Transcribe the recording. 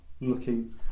looking